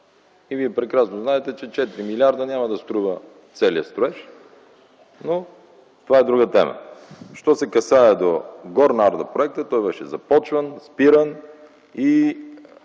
и Вие прекрасно знаете, че 4 милиарда няма да струва целият строеж, но това е друга тема. Що се касае до проекта „Горна Арда”, той беше започван, спиран и